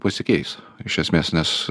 pasikeis iš esmės nes